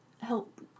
help